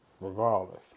regardless